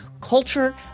culture